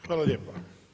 Hvala lijepo.